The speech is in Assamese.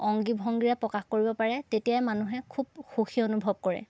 অংগী ভংগীৰে প্ৰকাশ কৰিব পাৰে তেতিয়া মানুহে খুব সুখী অনুভৱ কৰে